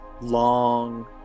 long